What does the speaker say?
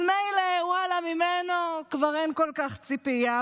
אז מילא, ואללה, ממנו כבר אין כל כך ציפייה,